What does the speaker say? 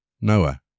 Noah